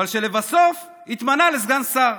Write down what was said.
ולבסוף התמנה לסגן שר.